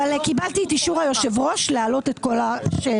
אבל קיבלתי את אישור היושב ראש להעלות את כל השאלות.